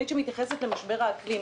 תוכנית שמתייחסת למשבר האקלים,